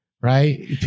right